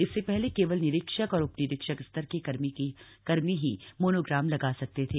इससे पहले केवल निरीक्षक और उपनिरीक्षक स्तर के कर्मी ही मोनोग्राम लगा सकते थे